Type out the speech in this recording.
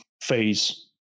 phase